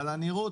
אבל הנראות,